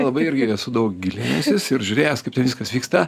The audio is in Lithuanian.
labai irgi esu daug gilinęsis ir žiūrėjęs kaip tai viskas vyksta